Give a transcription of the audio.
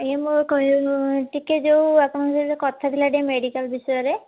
ଆଜ୍ଞା ମୁଁ କହିବାକୁ ଟିକିଏ ଯେଉଁ ଆପଣଙ୍କ ସହିତ କଥା ଥିଲା ଟିକିଏ ମେଡ଼ିକାଲ ବିଷୟରେ